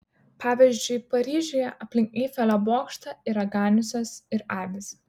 pavyzdžiui paryžiuje aplink eifelio bokštą yra ganiusios ir avys